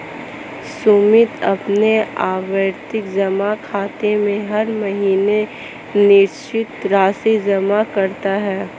सुमित अपने आवर्ती जमा खाते में हर महीने निश्चित राशि जमा करता है